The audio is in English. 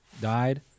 died